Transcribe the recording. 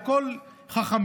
על כל חכמיו,